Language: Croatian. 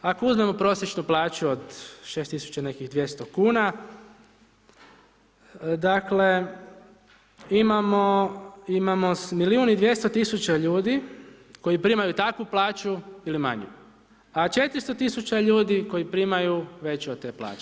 Ako uzmemo prosječnu plaću od 6200 kuna, dakle imamo milijun i 200 tisuća ljudi koji primaju takvu plaću ili manju a 400 tisuća ljudi koji primaju veću od te plaće.